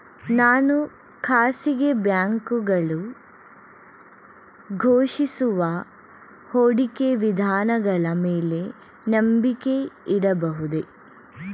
ನಾನು ಖಾಸಗಿ ಬ್ಯಾಂಕುಗಳು ಘೋಷಿಸುವ ಹೂಡಿಕೆ ವಿಧಾನಗಳ ಮೇಲೆ ನಂಬಿಕೆ ಇಡಬಹುದೇ?